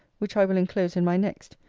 which i will enclose in my next,